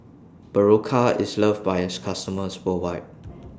Berocca IS loved By its customers worldwide